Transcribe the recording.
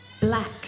black